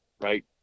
right